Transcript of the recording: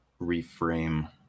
reframe